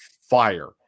fire